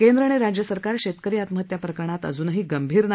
केंद्र आणि राज्य सरकार शेतकरी आत्महत्या प्रकरणात अजूनही गंभीर नाही